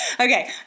Okay